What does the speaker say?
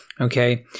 Okay